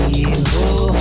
evil